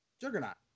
Juggernaut